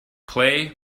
play